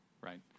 right